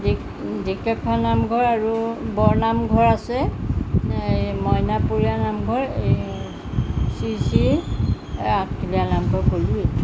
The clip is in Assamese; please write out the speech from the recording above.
ঢেক ঢেকীয়াখোৱা নামঘৰ আৰু বৰনামঘৰ আছে এই মইনা পুৰীয়া নামঘৰ এই শ্ৰী শ্ৰী এই আঠখিলীয়া নামঘৰ ক'লোঁৱে